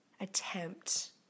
attempt